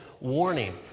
warning